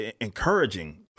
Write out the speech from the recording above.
encouraging